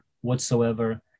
whatsoever